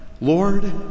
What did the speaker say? Lord